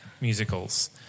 musicals